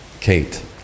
Kate